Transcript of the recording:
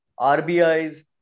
RBI's